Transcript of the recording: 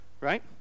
right